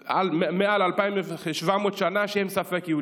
מעל 2,700 שנה, שהם ספק-יהודים.